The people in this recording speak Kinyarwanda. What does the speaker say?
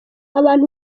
abantu